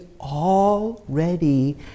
already